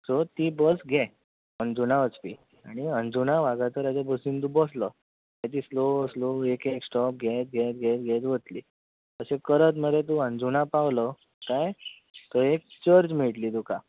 so ती bus घे अणजुणा वचपी आनी अंजुना वागातोराचे बसीन तूं बसलो की ती स्लो स्लो एक एक स्टोप घेयत घेयत घेयत घेयत वतली तशें करत मरे तूं अणजूणा पावलो कांय थंय एक चर्च मेळटली तुका